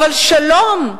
אבל שלום,